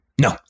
No